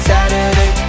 Saturday